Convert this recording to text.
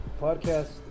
podcast